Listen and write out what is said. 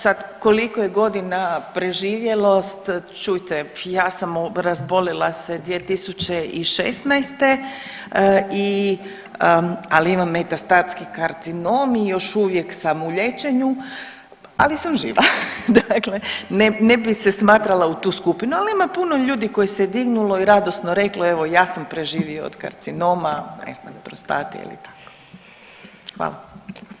Sad koliko je godina preživjelost čujte ja sam razbolila se 2016., ali imam metastatski karcinom i još uvijek sam u liječenju, ali sam živa, dakle ne bi se smatrala u tu skupinu, ali ima puno ljudi koji se dignulo i radosno reklo evo ja sam preživio od karcinoma, ne znam prostate ili tako.